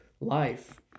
life